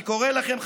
אני קורא לכם,